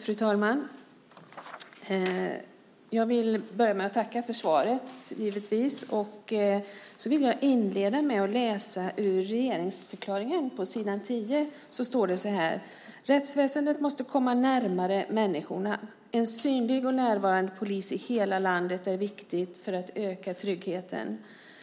Fru talman! Jag vill börja med att tacka försvaret. Inledningsvis vill jag läsa ur regeringsförklaringen, s. 10: "Rättsväsendet måste komma närmare människorna. En synlig och närvarande polis i hela landet är viktigt för att öka tryggheten.